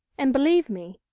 and believe me,